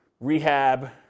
rehab